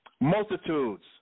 Multitudes